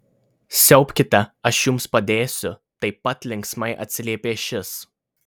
siaubkite aš jums padėsiu taip pat linksmai atsiliepė šis